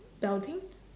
belting